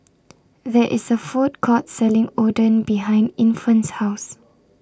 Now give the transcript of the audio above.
There IS A Food Court Selling Oden behind Infant's House